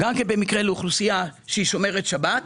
במקרה לאוכלוסייה שומרת שבת,